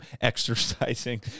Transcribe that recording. exercising